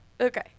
Okay